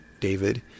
David